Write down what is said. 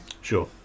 Sure